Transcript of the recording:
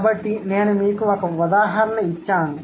కాబట్టి నేను మీకు ఒక ఉదాహరణ ఇచ్చాను